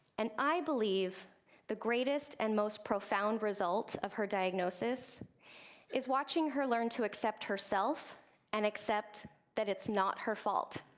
and i believe the greatest and most profound results of her diagnosis is watching her learn to accept herself and accept that it's not her fault.